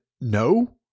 No